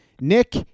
Nick